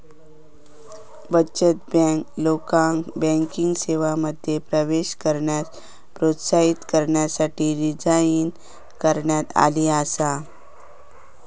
बचत बँक, लोकांका बँकिंग सेवांमध्ये प्रवेश करण्यास प्रोत्साहित करण्यासाठी डिझाइन करण्यात आली आसा